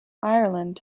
ireland